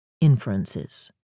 inferences